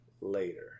later